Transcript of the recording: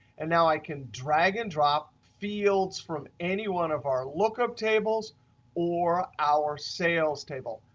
and now i can drag and drop fields from any one of our look up tables or our sales table.